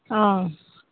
অঁ